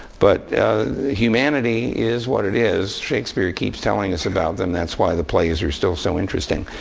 but humanity is what it is. shakespeare keeps telling us about them. that's why the plays are still so interesting.